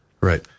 right